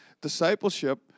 discipleship